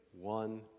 one